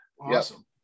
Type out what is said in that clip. Awesome